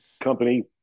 company